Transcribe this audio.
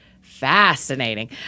fascinating